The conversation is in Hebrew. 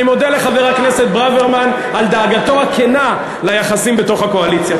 אני מודה לחבר הכנסת ברוורמן על דאגתו הכנה ליחסים בתוך הקואליציה.